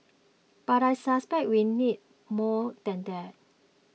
but I suspect we will need more than that